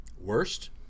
Worst